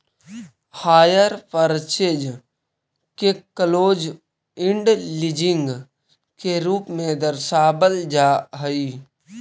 hire purchase के close end leasing के रूप में दर्शावल जा हई